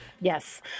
Yes